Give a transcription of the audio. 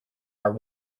are